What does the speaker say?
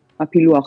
הפילוח.